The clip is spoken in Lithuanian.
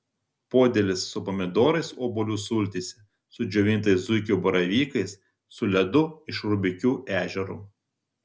podėlis su pomidorais obuolių sultyse su džiovintais zuikio baravykais su ledu iš rubikių ežero